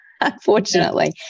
unfortunately